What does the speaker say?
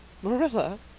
marilla,